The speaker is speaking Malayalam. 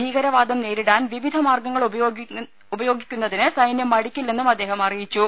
ഭീകരവാദം നേരിടാൻ വിവിധ മാർഗങ്ങൾ ഉപയോഗിക്കുന്നതിന് സൈന്യം മടിക്കില്ലെന്നും അദ്ദേഹം അറിയിച്ചു